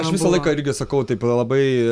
aš visą laiką irgi sakau taip labai